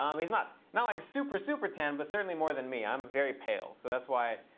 um he's not not like super, super tan, but certainly more than me. i'm very pale. so that's why.